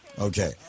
Okay